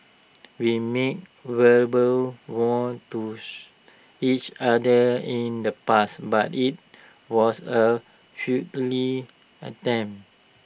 we made verbal vows to each other in the past but IT was A attempt